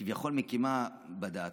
כביכול היא מקימה בד"ץ.